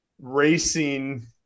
Racing